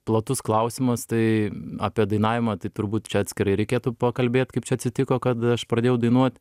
platus klausimas tai apie dainavimą tai turbūt čia atskirai reikėtų pakalbėt kaip čia atsitiko kad aš pradėjau dainuot